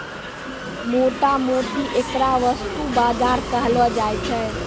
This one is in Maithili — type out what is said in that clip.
मोटा मोटी ऐकरा वस्तु बाजार कहलो जाय छै